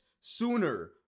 sooner